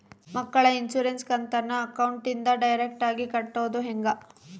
ಮಕ್ಕಳ ಇನ್ಸುರೆನ್ಸ್ ಕಂತನ್ನ ಅಕೌಂಟಿಂದ ಡೈರೆಕ್ಟಾಗಿ ಕಟ್ಟೋದು ಹೆಂಗ?